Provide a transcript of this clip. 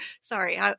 Sorry